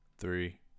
three